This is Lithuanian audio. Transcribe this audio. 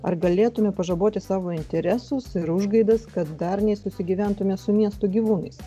ar galėtume pažaboti savo interesus ir užgaidas kad darniai susigyventume su miestų gyvūnais